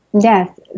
Yes